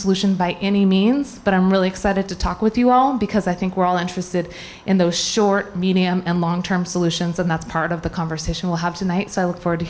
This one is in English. solution by any means but i'm really excited to talk with you all because i think we're all interested in those short medium and long term solutions and that's part of the conversation will have tonight so i look forward to